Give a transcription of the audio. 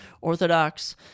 Orthodox